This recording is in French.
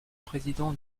président